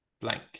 blank